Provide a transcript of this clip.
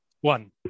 One